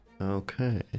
Okay